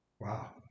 Wow